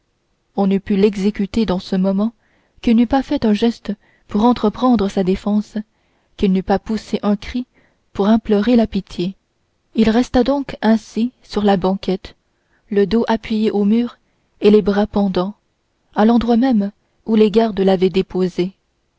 on eût pu l'exécuter dans ce moment qu'il n'eût pas fait un geste pour entreprendre sa défense qu'il n'eût pas poussé un cri pour implorer la pitié il resta donc ainsi sur la banquette le dos appuyé au mur et les bras pendants à l'endroit même où les gardes l'avaient déposé